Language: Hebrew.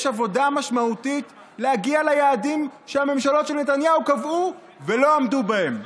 יש עבודה משמעותית להגיע ליעדים שהממשלות של נתניהו קבעו ולא עמדו בהם.